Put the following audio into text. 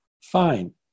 Fine